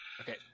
Okay